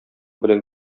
белән